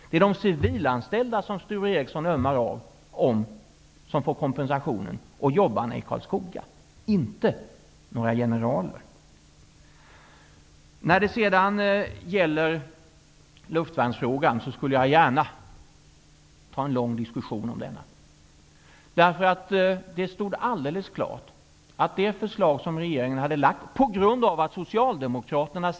Det är de civilanställda som Sture Ericson ömmar för som får kompensationen, liksom jobbarna i Karlskoga -- inte några generaler. Jag skulle gärna ta en lång diskussion om luftvärnsfrågan. Det stod alldeles klart av det förslag som regeringen lade fram att också försvaret skulle drabbas.